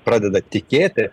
pradeda tikėti